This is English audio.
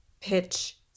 pitch